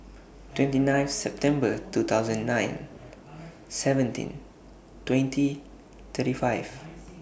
twenty nine September two thousand nine seventeen twenty thirty five